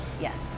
Yes